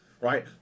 right